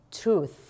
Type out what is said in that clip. truth